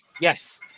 Yes